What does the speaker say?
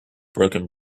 broken